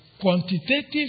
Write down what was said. quantitative